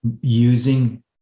using